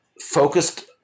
focused